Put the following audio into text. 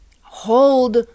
hold